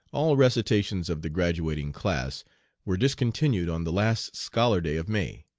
all recitations of the graduating class were discontinued on the last scholar day of may.